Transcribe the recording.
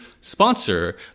sponsor